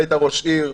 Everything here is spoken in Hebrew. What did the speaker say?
היית ראש עיר,